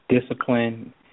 discipline